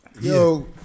Yo